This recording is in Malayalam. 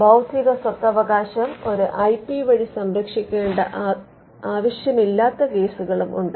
ബൌദ്ധിക സ്വത്തവകാശം ഒരു ഐ പി വഴി സംരക്ഷിക്കേണ്ട ആവശ്യമില്ലാത്ത കേസുകളും ഉണ്ട്